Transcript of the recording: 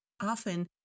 Often